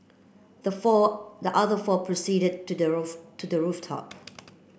the four the other four proceeded to the roof to the rooftop